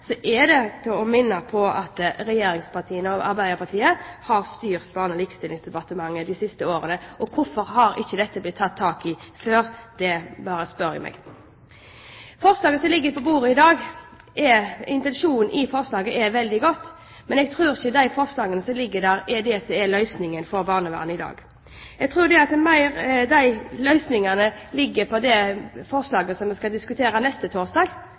minne om at regjeringspartiene og Arbeiderpartiet har styrt Barne- og likestillingsdepartementet i mange av de siste årene. Hvorfor har ikke dette blitt tatt tak i før? Det bare spør jeg meg. Intensjonen i forslaget som ligger på bordet i dag, er veldig godt, men jeg tror ikke de forslagene som ligger der, er det som er løsningen for barnevernet i dag. Jeg tror mer løsningene ligger i det forslaget som vi skal diskutere neste torsdag,